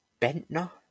Bentner